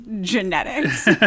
genetics